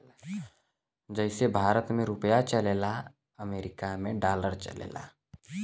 जइसे भारत मे रुपिया चलला अमरीका मे डॉलर चलेला